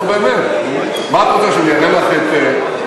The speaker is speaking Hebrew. נו, באמת, מה את רוצה, שאני אראה לך את מצבת מישע?